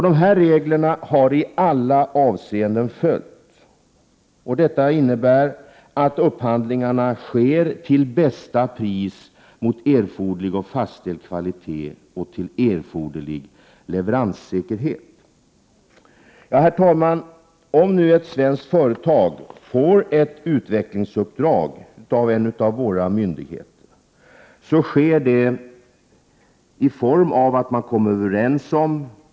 Dessa regler har följts i alla avseenden. Detta innebär att upphandlingarna sker till bästa pris med erforderlig och fastställd kvalitet och med erforderlig leveranssäkerhet. Herr talman! När ett svenskt företag får ett utvecklingsuppdrag av en myndighet, sker det i form av att man kommer överens om vad utvecklingen Prot.